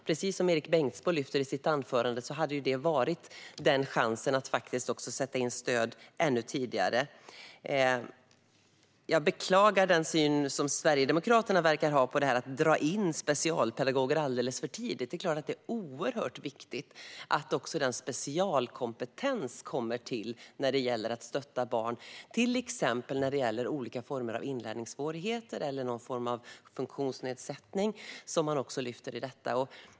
Precis som Erik Bengtzboe lyfte fram i sitt anförande hade det varit en chans att sätta in stöd ännu tidigare. Jag beklagar den syn Sverigedemokraterna verkar ha när det gäller att dra in specialpedagoger alldeles för tidigt. Det är klart att det är oerhört viktigt att specialkompetens kommer till när det gäller att stötta barn, till exempel när det gäller olika former av inlärningssvårigheter eller någon form av funktionsnedsättning. Det lyfter man också fram i detta.